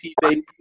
baby